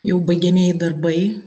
jau baigiamieji darbai